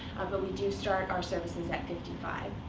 but we do start our services at fifty five.